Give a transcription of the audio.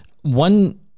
one